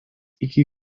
iki